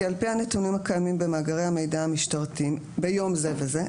כי על-פי הנתונים הקיימים במאגרי המידע המשטרתיים ביום זה וזה,